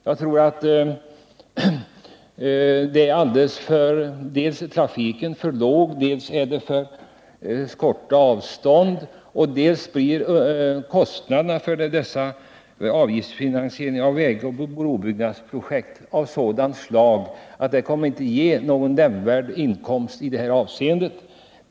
Jag gör inte det av flera skäl: för det första är trafiken för låg, för det andra rör det sig om för korta avstånd, för det tredje blir kostnaderna i samband med avgiftsfinansiering av vägoch brobyggnadsprojekt av sådan storlek att det inte kommer att medföra någon nämnvärd inkomst i det här avseendet.